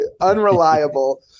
unreliable